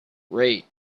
rate